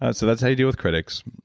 ah so, that's how you deal with critics,